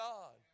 God